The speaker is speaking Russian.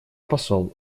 посол